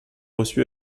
reçu